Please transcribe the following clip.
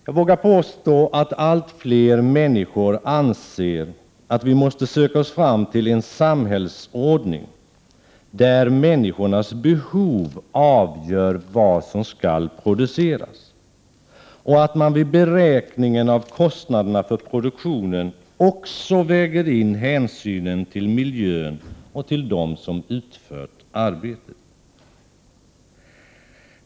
Jag vågar påstå att allt fler människor anser att vi måste söka oss fram till en samhällsordning, där människornas behov avgör vad som skall produceras och att man vid beräkningen av kostnaderna för produktionen också väger in hänsynen till miljön och till dem som har utfört arbetet.